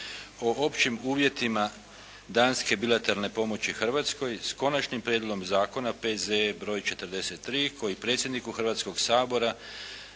o općim uvjetima danske bilateralne pomoći Hrvatskoj s Konačnim prijedlogom zakona P. Z. E. broj 43 koji predsjedniku Hrvatskog sabora